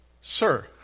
Sir